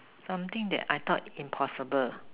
something that I thought impossible